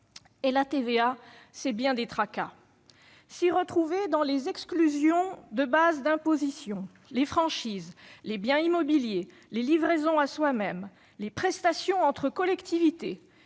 Et la TVA, ce sont bien des tracas ! Comment s'y retrouver dans les exclusions de base d'imposition, les franchises, les biens immobiliers, les livraisons à soi-même, les prestations entre collectivités,